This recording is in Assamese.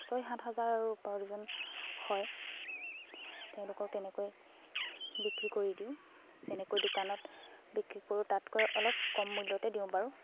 ছয় সাত হাজাৰ আৰু উপাৰ্জন হয় তেওঁলোকক তেনেকৈ বিক্ৰী কৰি দিওঁ যেনেকৈ দোকানত বিক্ৰী কৰোঁ তাতকৈ অলপ কম মূল্যতে দিওঁ বাৰু